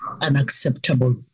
unacceptable